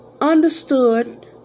understood